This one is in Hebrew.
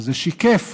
וזה שיקף